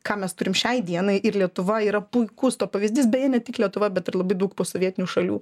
ką mes turim šiai dienai ir lietuva yra puikus to pavyzdys beje ne tik lietuva bet ir labai daug posovietinių šalių